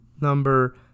number